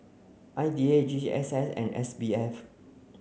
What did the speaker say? I D A G G S S and S B F